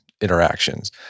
interactions